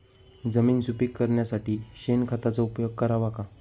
जमीन सुपीक करण्यासाठी शेणखताचा उपयोग करावा का?